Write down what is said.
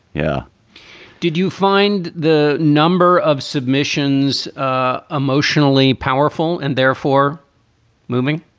yeah did you find the number of submissions ah emotionally powerful and therefore moving?